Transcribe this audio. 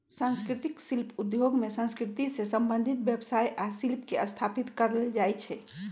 संस्कृतिक शिल्प उद्योग में संस्कृति से संबंधित व्यवसाय आ शिल्प के स्थापित कएल जाइ छइ